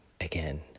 again